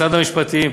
משרד המשפטים,